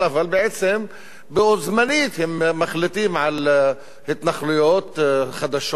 אבל בעצם בו-זמנית הם מחליטים על התנחלויות חדשות,